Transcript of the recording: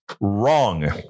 wrong